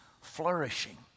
flourishing